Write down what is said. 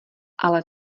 ale